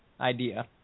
idea